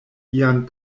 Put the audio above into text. ian